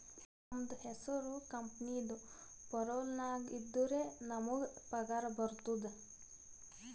ನಮ್ದು ಹೆಸುರ್ ಕಂಪೆನಿದು ಪೇರೋಲ್ ನಾಗ್ ಇದ್ದುರೆ ನಮುಗ್ ಪಗಾರ ಬರ್ತುದ್